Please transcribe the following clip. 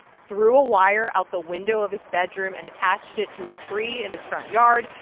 threw a wire out the window of his bedroom and attached it to a tree in his front yard,